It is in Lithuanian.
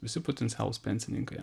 visi potencialūs pensininkai